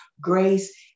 grace